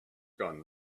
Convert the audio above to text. gone